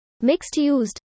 Mixed-used